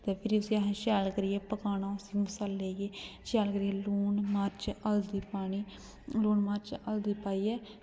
ते फिरी असें उसी शैल करियै पकाना उस मसालै गी शैल करियै लून मर्च हल्दी पानी लून मर्च हल्दी पाइयै